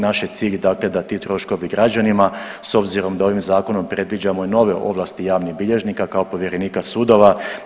Naš je cilj, dakle da ti troškovi građanima, s obzirom da ovim zakonom predviđamo i nove ovlasti javnih bilježnika kao povjerenika sudova.